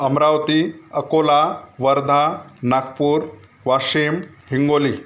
Amravati Akola Wardha Nagpur Washim Hingoli